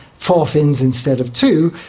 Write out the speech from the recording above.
four fins instead of two.